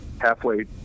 halfway